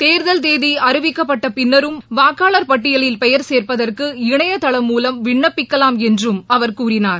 தேர்தல் தேதி அறிவிக்கப்பட்ட பின்னரும் வாக்காளர் பட்டியலில் பெயர் சேர்ப்பதற்கு இணையதளம் மூலம் விண்ணப்பிக்கலாம் என்றும் அவர் கூறினார்